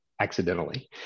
accidentally